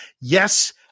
Yes